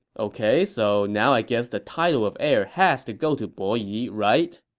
ok, so now i guess the title of heir has to go to bo yi, right?